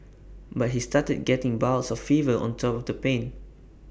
but he started getting bouts of fever on top of the pain